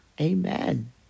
amen